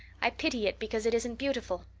i pity it because it isn't beautiful.